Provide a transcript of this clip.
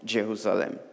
Jerusalem